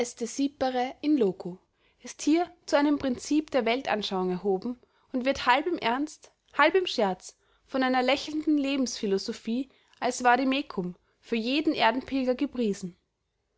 in loco ist hier zu einem prinzip der weltanschauung erhoben und wird halb im ernst halb im scherz von einer lächelnden lebensphilosophie als vademecum für jeden erdenpilger gepriesen